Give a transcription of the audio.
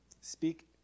Speak